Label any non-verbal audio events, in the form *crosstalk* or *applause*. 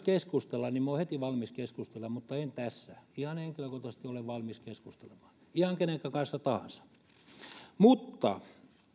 *unintelligible* keskustella niin minä olen heti valmis keskustelemaan mutta en tässä ihan henkilökohtaisesti olen valmis keskustelemaan ihan kenenkä kanssa tahansa mutta